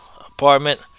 apartment